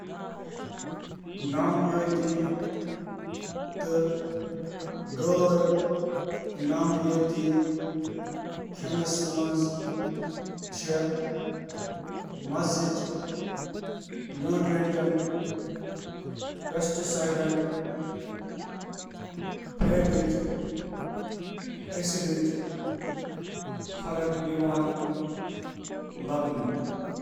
نامیٲتی تہٕ غٲر نامیٲتی کھیٚنس درمیان چھُ بنیٲدی فرق یہِ زِ یہِ کِتھ کٔنۍ چھُ پٲدٕ گژھان۔ نامیٲتی کھیٚن چُھ مصنوعی حشرہ کش دوا، کھاد، ہارمون یا اینٹی بائیوٹکس ورٲے وۄپداونہٕ یوان۔ غٲر نامیٲتی کھیٚن چُھ اکثر مصنوعی کیمیکل، کھاد تہٕ حشرہ کش دوا استعمال کٔرتھ تیار کرنہٕ یوان۔